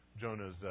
Jonah's